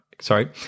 sorry